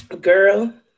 girl